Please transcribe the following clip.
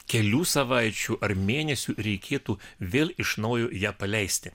kelių savaičių ar mėnesių reikėtų vėl iš naujo ją paleisti